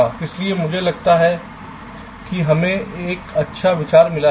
इसलिए मुझे लगता है कि हमें एक अच्छा विचार मिला है